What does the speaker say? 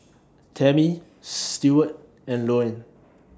Tammie Steward and Louann